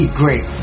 great